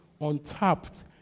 untapped